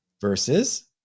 Versus